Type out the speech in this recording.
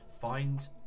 find